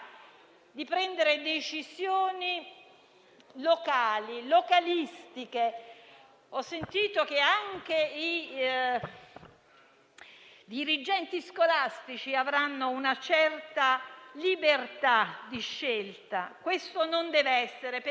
i dirigenti scolastici avranno una certa libertà di scelta, ma così non deve essere perché il diritto all'istruzione è sancito dalla Costituzione e deve essere garantito in modo uniforme su tutto il territorio nazionale.